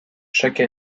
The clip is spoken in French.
chaque